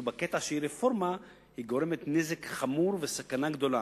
ובקטע שהיא רפורמה היא גורמת נזק חמור וסכנה גדולה,